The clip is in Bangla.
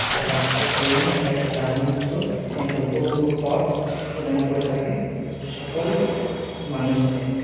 একটা চাপ সেই জন্য এটা একটা চাপমুক্ত এত উপভোগ্য পথ প্রদান করে থাকে সকল মানুষদেরকে